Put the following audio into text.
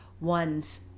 one's